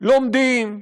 לומדים,